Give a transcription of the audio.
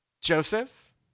Joseph